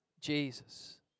Jesus